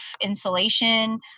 insulation